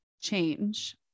change